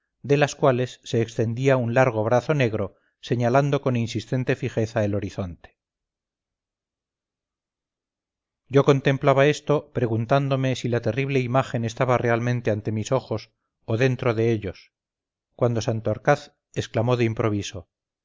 desde las cuales se extendía un largo brazo negro señalando con insistente fijeza el horizonte yo contemplaba esto preguntándome si la terrible imagen estaba realmente ante mis ojos o dentrode ellos cuando santorcaz exclamó de improviso